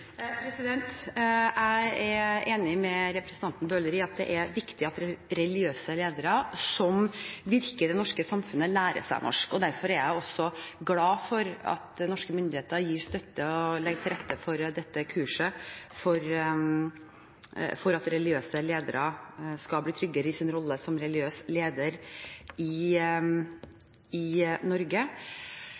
Jeg er enig med representanten Bøhler i at det er viktig at religiøse ledere som virker i det norske samfunnet, lærer seg norsk. Derfor er jeg også glad for at norske myndigheter gir støtte og legger til rette for dette kurset for at religiøse ledere skal bli tryggere i sin rolle som religiøs leder i Norge.